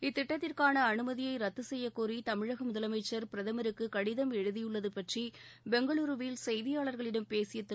இத்திட்டத்திற்கான அனுமதியை ரத்து செய்யக்கோரி தமிழக முதலமைச்சர் பிரதமருக்கு கடிதம் எழுதியுள்ளது பற்றி பெங்களூருவில் செய்தியாளர்களிடம் பேசிய திரு